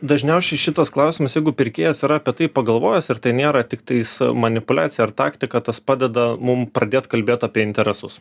dažniausiai šitas klausimus jeigu pirkėjas yra apie tai pagalvojęs ir tai nėra tiktais manipuliacija ar taktika tas padeda mum pradėt kalbėt apie interesus